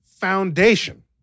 foundation